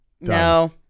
No